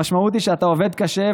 המשמעות היא שאתה עובד קשה,